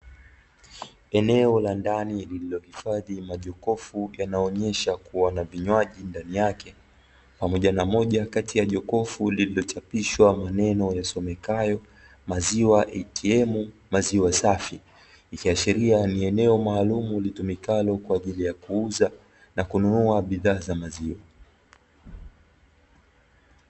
Eneo la ndani lilohifadhi majokofu yanayoonyesha kuwa na vinywaji ndani yake pamoja na moja kati ya jokofu limechapishwa maneno yasomekayo "maziwa ATM maziwa safi" ikiashiria ni eneo maalumu litumikalo kwa ajili ya kuuza na kununua bidhaa za maziwa.